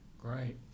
great